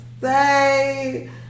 say